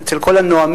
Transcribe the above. בעצם אצל כל הנואמים.